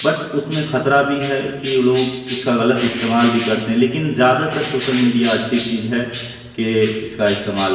but اس میں خطرہ بھی ہے کہ لوگ اس کا غلط استعمال بھی کرتے ہیں لیکن زیادہ تر سوسل میڈیا اچھی چیز ہے کہ اس کا استعمال